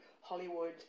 Hollywood